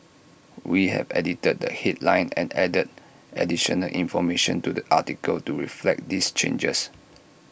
we have edited the headline and added additional information to the article to reflect these changes